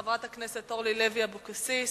חברת הכנסת אורלי לוי אבקסיס.